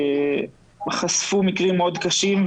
חשפו מקרים מאוד קשים,